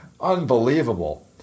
Unbelievable